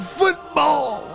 football